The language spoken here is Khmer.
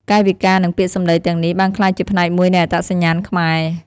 កាយវិការនិងពាក្យសម្ដីទាំងនេះបានក្លាយជាផ្នែកមួយនៃអត្តសញ្ញាណខ្មែរ។